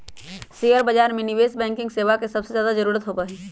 share बाजार में निवेश बैंकिंग सेवा के सबसे ज्यादा जरूरत होबा हई